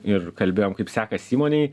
ir kalbėjom kaip sekas įmonei